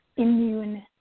immune